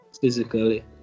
physically